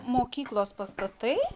mokyklos pastatai